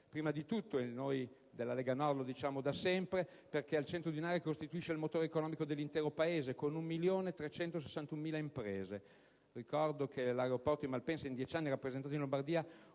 Prima di tutto, e noi della Lega Nord lo diciamo da sempre, perché è al centro di un'area che costituisce il motore economico dell'intero Paese, con 1.361.000 imprese. Ricordo che l'aeroporto di Malpensa in dieci anni ha rappresentato in Lombardia